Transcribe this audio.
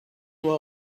nur